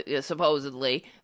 supposedly